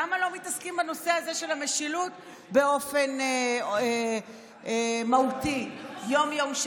למה לא מתעסקים בנושא המשילות באופן מהותי יום-יום,